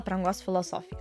aprangos filosofija